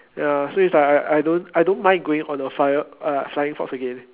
ya so it's like I I don't I don't mind going on a flyer~ ah flying fox again